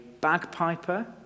bagpiper